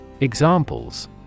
Examples